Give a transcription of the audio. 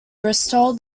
bristol